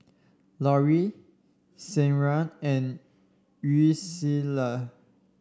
Lori Sierra and Yulissa